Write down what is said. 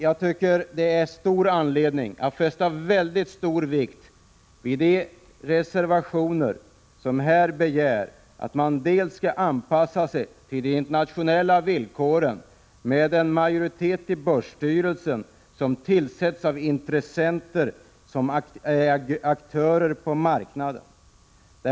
Jag tycker att det finns all anledning att fästa mycket stor vikt vid de reservationer som här begär att man skall anpassa sig till de internationella villkoren med en majoritet i börsstyrelsen som tillsätts av intressenter som är aktörer på marknaden.